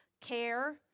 care